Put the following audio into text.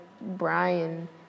Brian